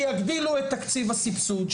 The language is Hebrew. שיגדילו את תקציב הסבסוד,